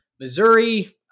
Missouri